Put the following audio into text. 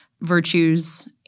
virtues